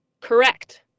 correct